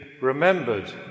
remembered